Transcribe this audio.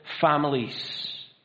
families